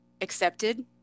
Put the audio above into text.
accepted